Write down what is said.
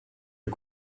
you